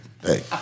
hey